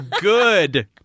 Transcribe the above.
Good